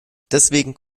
deswegen